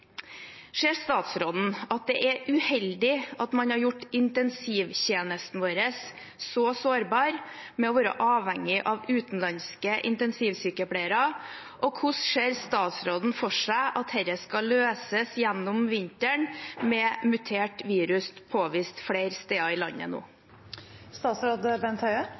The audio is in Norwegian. Ser statsråden at det er uheldig at man har gjort intensivtjenesten vår så sårbar ved å være avhengig av utenlandske intensivsykepleiere? Og hvordan ser statsråden for seg at dette skal løses gjennom vinteren, med mutert virus påvist flere steder i landet